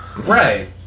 right